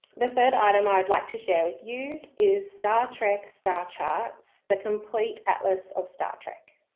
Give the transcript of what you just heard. the third item i would like to share with you is star trek star charts the complete atlas of star trek.